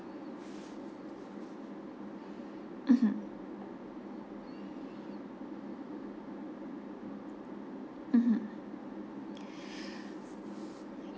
mmhmm mmhmm